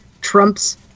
Trump's